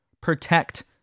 protect